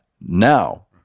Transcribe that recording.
now